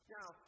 Now